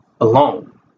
alone